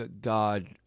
god